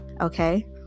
okay